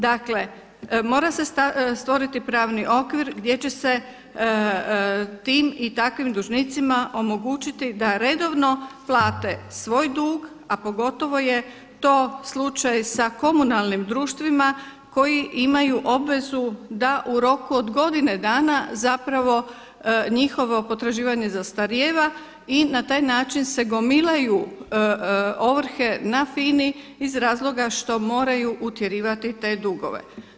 Dakle, mora se stvoriti pravni okvir gdje će se tim i takvim dužnicima omogućiti da redovno plate svoj dug a pogotovo je to slučaj sa komunalnim društvima koji imaju obvezu da u roku od godine dana zapravo njihovo potraživanje zastarijeva i na taj način se gomilaju ovrhe na FINA-i iz razloga što moraju utjerivati te dugove.